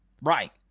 Right